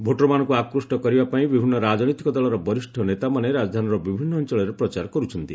ଭୋଟରମାନଙ୍କୁ ଆକୃଷ୍ଟ କରିବା ପାଇଁ ବିଭିନ୍ନ ରାଜନୈତିକ ଦଳର ବରିଷ ନେତାମାନେ ରାଜଧାନୀର ବିଭିନ୍ନ ଅଞ୍ଚଳରେ ପ୍ରଚାର କରୁଛନ୍ତି